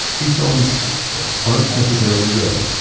these songs aren't necessarily good,